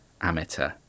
amateur